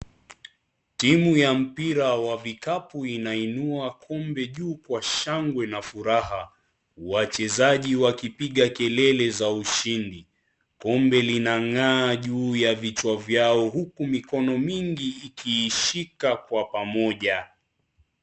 Timu ya mpira wa vikapu inainua kombe juu kwa shangwe na furaha. Wachezaji wakipiga kelele za ushindi. Kombe linang'aa juu ya vichwa vyao huku mikono mingi ikishika kwa pamoja.